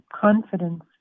confidence